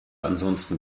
ansonsten